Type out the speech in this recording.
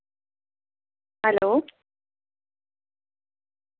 hello